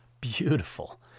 Beautiful